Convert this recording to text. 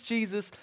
Jesus